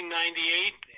1998